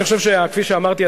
ואני חושב שכפי שאמרתי,